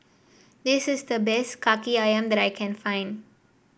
this is the best kaki ayam that I can find